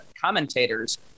commentators